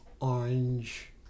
orange